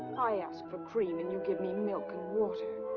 i ask for cream and you give me milk and water.